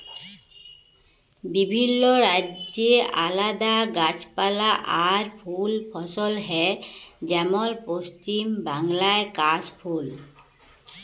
বিভিল্য রাজ্যে আলাদা গাছপালা আর ফুল ফসল হ্যয় যেমল পশ্চিম বাংলায় কাশ ফুল